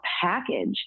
package